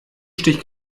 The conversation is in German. stich